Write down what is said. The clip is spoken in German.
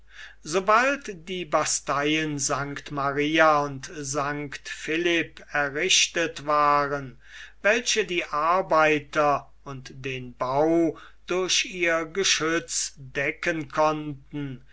sobald die basteien st maria und st philipp errichtet waren welche die arbeiter und den bau durch ihr geschütz decken konnten